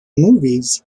movies